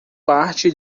parte